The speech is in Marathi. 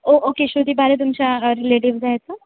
ओ ओके श्रृती पारे तुमच्या रिलेटिव्ज आहेत हां